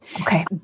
Okay